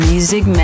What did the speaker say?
Music